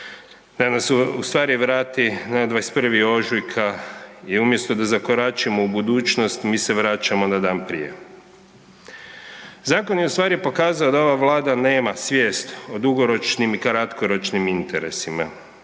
da nas ustvari vrati na 21. ožujka i umjesto da zakoračimo u budućnost, mi se vraćamo na dan prije. Zakon je ustvari pokazao da ova Vlada nema svijest o dugoročnim i kratkoročnim interesima,